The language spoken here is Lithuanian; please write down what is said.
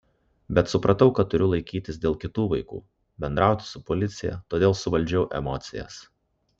bet supratau kad turiu laikytis dėl kitų vaikų bendrauti su policija todėl suvaldžiau emocijas